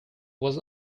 was